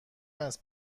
است